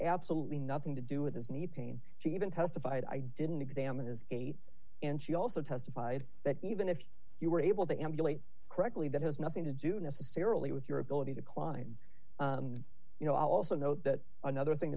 absolutely nothing to do with his knee pain she even testified i didn't examine his gait and she also testified that even if you were able to emulate correctly that has nothing to do necessarily with your ability to climb and you know i also note that another thing